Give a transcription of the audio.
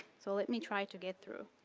so let me try to get through.